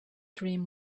dream